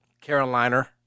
Carolina